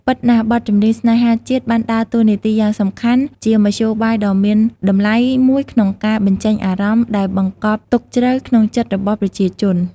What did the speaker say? ពិតណាស់បទចម្រៀងស្នេហាជាតិបានដើរតួនាទីយ៉ាងសំខាន់ ជាមធ្យោបាយដ៏មានតម្លៃមួយក្នុងការ បញ្ចេញអារម្មណ៍ ដែលបង្កប់ទុកជ្រៅក្នុងចិត្តរបស់ប្រជាជន។